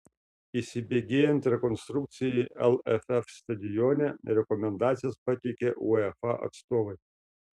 įsibėgėjant rekonstrukcijai lff stadione rekomendacijas pateikė uefa atstovai